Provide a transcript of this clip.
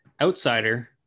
outsider